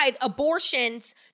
abortions